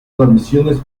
transmisiones